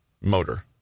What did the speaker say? Motor